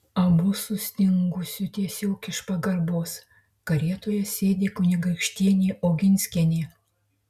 abu sustingusiu tiesiog iš pagarbos karietoje sėdi kunigaikštienė oginskienė